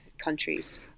countries